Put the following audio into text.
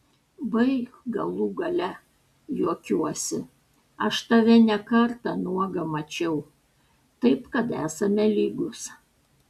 baik galų gale juokiuosi aš tave ne kartą nuogą mačiau taip kad esame lygūs